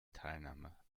teilnahme